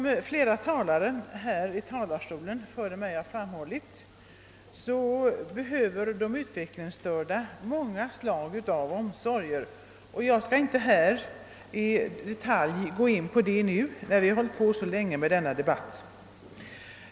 Herr talman! Som flera talare framhållit före mig behöver de utvecklingsstörda många slags omsorger, men jag skall inte i detalj redogöra för detta eftersom debatten varat så länge.